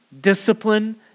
discipline